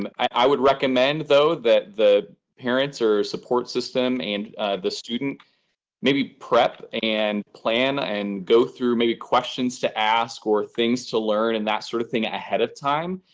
um i would recommend, though, that the parents or support system and the student maybe prep and plan and go through maybe questions to ask or things to learn and that sort of thing ahead of time.